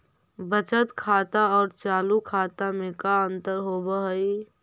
बचत खाता और चालु खाता में का अंतर होव हइ?